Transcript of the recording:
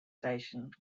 station